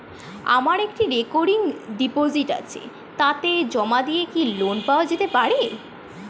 আমার একটি recurring deposit আছে তাকে জমা দিয়ে কি লোন পাওয়া যেতে পারে?